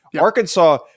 Arkansas –